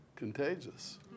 Contagious